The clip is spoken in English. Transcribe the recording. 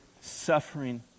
suffering